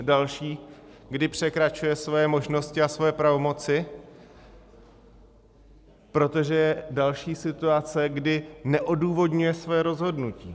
Další, kdy překračuje svoje možnosti a svoje pravomoci, protože další situace je, kdy neodůvodňuje své rozhodnutí.